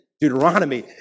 Deuteronomy